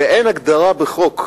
ולדעתי אין הגדרה בחוק,